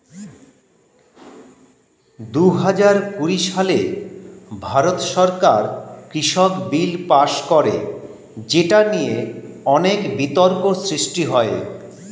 দুহাজার কুড়ি সালে ভারত সরকার কৃষক বিল পাস করে যেটা নিয়ে অনেক বিতর্ক সৃষ্টি হয়